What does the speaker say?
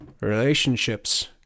Relationships